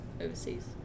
overseas